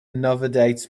novedades